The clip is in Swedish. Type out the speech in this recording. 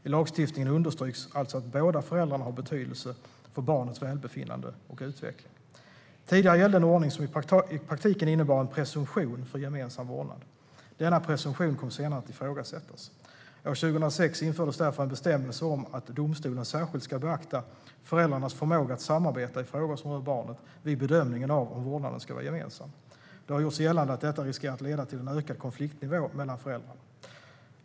I lagstiftningen understryks alltså att båda föräldrarna har betydelse för barnets välbefinnande och utveckling. Tidigare gällde en ordning som i praktiken innebar en presumtion för gemensam vårdnad. Denna presumtion kom senare att ifrågasättas. År 2006 infördes därför en bestämmelse om att domstolen särskilt ska beakta föräldrarnas förmåga att samarbeta i frågor som rör barnet vid bedömningen av om vårdnaden ska vara gemensam. Det har gjorts gällande att detta riskerar att leda till en ökad konfliktnivå mellan föräldrarna.